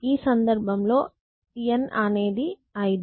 ఈ సందర్భం లో n అనేది 5